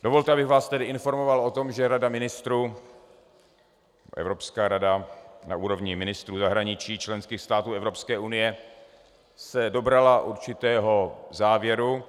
Dovolte, abych vás informoval o tom, že Rada ministrů, Evropská rada na úrovni ministrů zahraničí členských států Evropské unie, se dobrala určitého závěru.